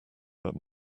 but